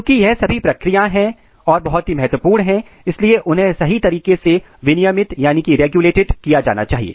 चुकी यह सभी प्रक्रिया है महत्वपूर्ण है इसलिए उन्हें सही तरीके से विनियमित किया जाना चाहिए